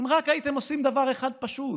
אם רק הייתם עושים דבר אחד פשוט,